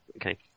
Okay